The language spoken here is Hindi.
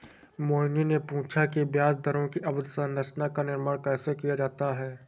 मोहिनी ने पूछा कि ब्याज दरों की अवधि संरचना का निर्माण कैसे किया जाता है?